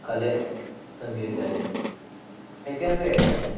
ಕಲೆ ಸಂಗೀತ ಆಗಿತ್ತು ಯಾಕೆಂದರೆರ